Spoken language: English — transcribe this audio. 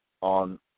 on